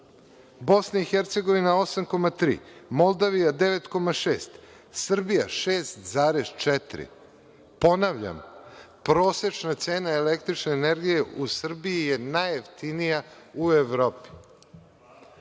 Albanija 8,2, BiH 8,3, Moldavija 9,6, a Srbija 6,4. Ponavljam, prosečna cena električne energije u Srbiji je najjeftinija u Evropi. Kada